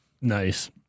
Nice